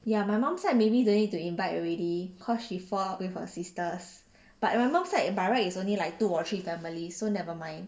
ya my mum side maybe don't need to invite already cause she fall out with her sisters but my mum side by right is only like two or three families so nevermind